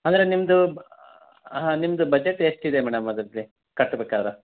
ಅಂದರೆ ನಿಮ್ದ ಹಾಂ ನಿಮ್ದ ಬಜೆಟ್ ಎಷ್ಟಿದೆ ಮೇಡಮ್ ಅದರದ್ದೆ ಕಟ್ಬೇಕಾರ